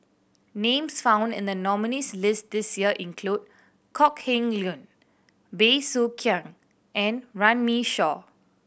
names found in the nominees' list this year include Kok Heng Leun Bey Soo Khiang and Runme Shaw